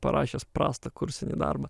parašęs prastą kursinį darbą